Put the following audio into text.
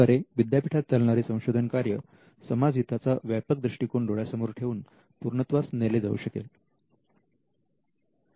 याद्वारे विद्यापीठात चालणारे संशोधन कार्य समाजहिताचा व्यापक दृष्टिकोन डोळ्यासमोर ठेवून पूर्णत्वास नेले जाऊ शकेल